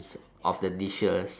of the dishes